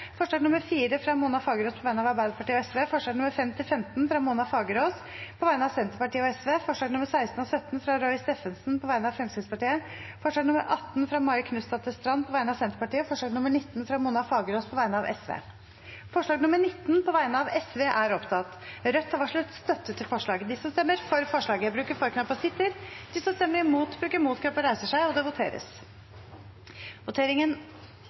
forslag nr. 4, fra Mona Fagerås på vegne av Arbeiderpartiet og Sosialistisk Venstreparti forslagene nr. 5–15, fra Mona Fagerås på vegne av Senterpartiet og Sosialistisk Venstreparti forslagene nr. 16 og 17, fra Roy Steffensen på vegne av Fremskrittspartiet forslag nr. 18, fra Marit Knutsdatter Strand på vegne av Senterpartiet forslag nr. 19, fra Mona Fagerås på vegne av Sosialistisk Venstreparti Det voteres over forslag nr. 19, fra Sosialistisk Venstreparti. Forslaget lyder: «Stortinget ber regjeringen sikre et godt utdanningstilbud i høyskole- og universitetssektoren gjennom å avslutte arbeidet med endringene i forskrift om grader og yrkesutdanninger, beskyttet tittel og normert studietid ved universiteter og